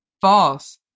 false